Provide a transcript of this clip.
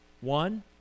one